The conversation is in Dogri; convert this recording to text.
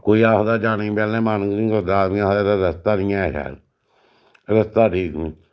कोई आखदा जानेईं पैह्लें मन गै नेईं करदा आदमी आखदा रस्ता नी ऐ शैल रस्ता ठीक नी